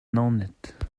naoned